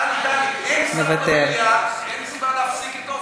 טלי, טלי, אין שר במליאה, אין סיבה להפסיק את עפר.